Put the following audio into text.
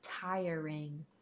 tiring